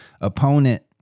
opponent